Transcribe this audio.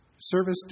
Service